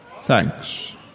Thanks